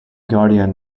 guardian